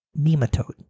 nematode